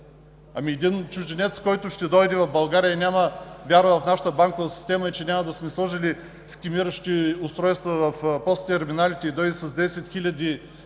Един чужденец, който ще дойде в България и няма вяра в нашата банкова система, че не сме сложили скимиращи устройства в ПОС-терминалите, и ще дойде с 10